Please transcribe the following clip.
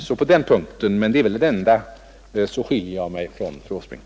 Så på den punkten — men det är väl den enda — skiljer sig min uppfattning från fru Åsbrinks.